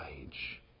age